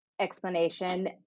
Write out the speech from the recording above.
Explanation